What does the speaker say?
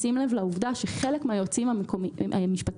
בשים לב לעובדה שחלק מהיועצים המשפטיים